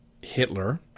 Hitler